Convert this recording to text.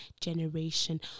generation